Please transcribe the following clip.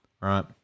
right